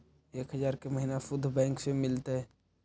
एक हजार के महिना शुद्ध बैंक से मिल तय?